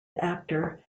actor